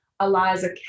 Eliza